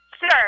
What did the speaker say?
Sure